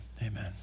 amen